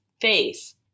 face